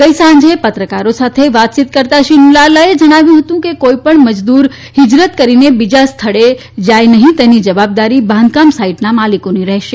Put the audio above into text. ગઈ સાંજે પત્રકારો સાથે વાતચીત કરતાં શ્રી નિરલાએ જણાવ્યુ હતું કે કોઈ પણ મજદૂર હિંજરત કરીને બીજા સ્થળે જાય નહીં તેની જવાબદારી બાંધકામ સાઇટના માલિકોની રહેશે